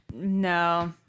no